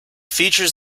features